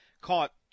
caught